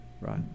Right